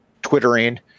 twittering